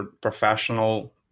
professional